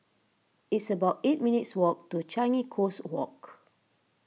it's about eight minutes' walk to Changi Coast Walk